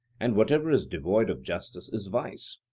and whatever is devoid of justice is vice.